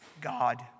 God